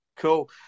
Cool